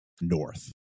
north